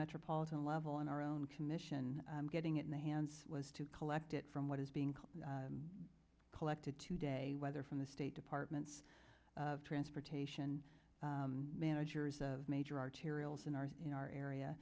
metropolitan level in our own commission getting it in the hands was to collect that from what is being collected today whether from the state departments of transportation managers of major arterials in our in our area